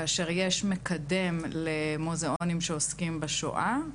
כאשר יש מקדם למוזיאונים שעוסקים בשואה,